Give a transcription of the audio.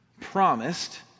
promised